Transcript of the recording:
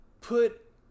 put